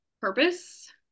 purpose